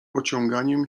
ociąganiem